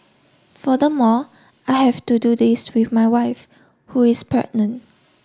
furthermore I have to do this with my wife who is pregnant